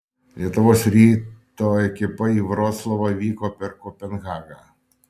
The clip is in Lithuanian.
lietuvos ryto ekipa į vroclavą vyko per kopenhagą